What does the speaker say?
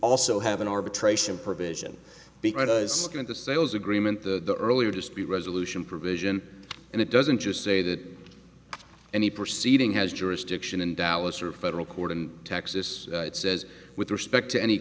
also have an arbitration provision because of the sales agreement the earlier dispute resolution provision and it doesn't just say that any perceiving has jurisdiction in dallas or federal court in texas it says with respect to any